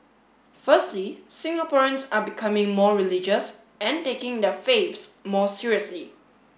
firstly Singaporeans are becoming more religious and taking their faiths more seriously